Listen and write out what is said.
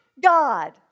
God